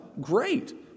Great